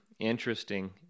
Interesting